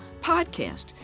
podcast